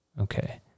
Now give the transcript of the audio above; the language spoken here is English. Okay